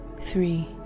three